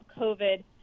COVID